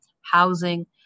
housing